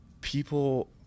people –